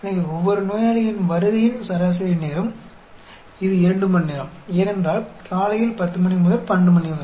எனவே ஒவ்வொரு நோயாளியின் வருகையின் சராசரி நேரம் இது 2 மணிநேரம் ஏனென்றால் காலை 10 மணி முதல் 12 மணி வரை